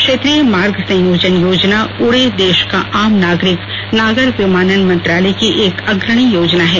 क्षेत्रीय मार्ग संयोजन योजना उडे देश का आम नागरिक नागर विमानन मंत्रालय की एक अग्रणी योजना है